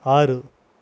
ஆறு